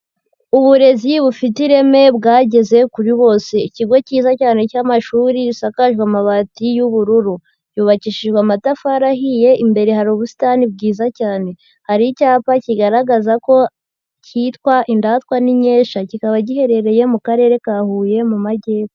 Uburezi bufite ireme bwageze kuri bose. Ikigo cyiza cyane cy'amashuri gisakaje amabati y'ubururu. Yubakishijwe amatafari ahiye, imbere hari ubusitani bwiza cyane. Hari icyapa kigaragaza ko cyitwa indatwa n'inkesha. Kikaba giherereye mu karere ka Huye mu Majyepfo.